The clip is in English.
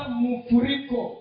mufuriko